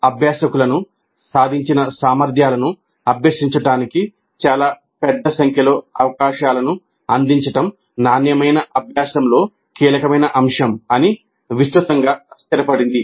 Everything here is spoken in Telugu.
అభ్యాసకులకు సాధించిన సామర్థ్యాలను అభ్యసించడానికి చాలా పెద్ద సంఖ్యలో అవకాశాలను అందించడం నాణ్యమైన అభ్యాసంలో కీలకమైన అంశం అని విస్తృతం గా స్థిరపడింది